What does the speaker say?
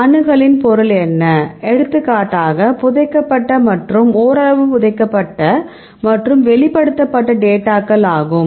அணுகலின் பொருள் என்ன எடுத்துக்காட்டாக புதைக்கப்பட்ட மற்றும் ஓரளவு புதைக்கப்பட்ட மற்றும் வெளிப்படுத்தப்பட்ட டேட்டாக்கள் ஆகும்